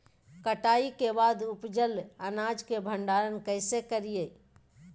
कटाई के बाद उपजल अनाज के भंडारण कइसे करियई?